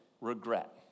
regret